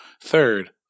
Third